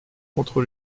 contre